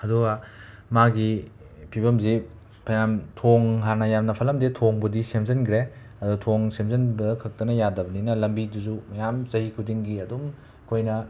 ꯑꯗꯨꯒ ꯃꯥꯒꯤ ꯐꯤꯕꯝꯁꯤ ꯐꯅꯌꯥꯝ ꯊꯣꯡ ꯍꯥꯟꯅ ꯌꯥꯝ ꯐꯠꯂꯝꯗꯦ ꯊꯣꯡꯕꯨꯗꯤ ꯁꯦꯝꯖꯤꯟꯈ꯭ꯔꯦ ꯑꯗ ꯊꯣꯡ ꯁꯦꯝꯖꯤꯟꯕ ꯈꯛꯇꯅ ꯌꯥꯗꯕꯅꯤꯅ ꯂꯝꯕꯤꯗꯨꯁꯨ ꯃꯌꯥꯝ ꯆꯍꯤ ꯈꯨꯗꯤꯡꯒꯤ ꯑꯗꯨꯝ ꯑꯩꯈꯣꯏꯅ